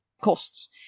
costs